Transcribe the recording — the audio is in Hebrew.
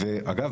אגב,